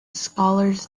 scholars